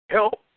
Help